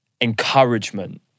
encouragement